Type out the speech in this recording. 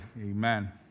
Amen